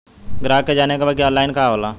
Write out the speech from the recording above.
ग्राहक के जाने के बा की ऑनलाइन का होला?